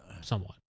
somewhat